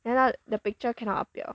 then ah the picture cannot appear